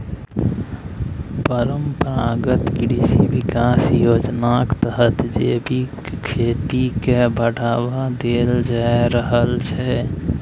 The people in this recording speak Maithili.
परंपरागत कृषि बिकास योजनाक तहत जैबिक खेती केँ बढ़ावा देल जा रहल छै